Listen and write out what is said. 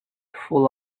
full